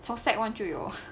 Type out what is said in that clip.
从 sec one 就有